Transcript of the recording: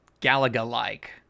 Galaga-like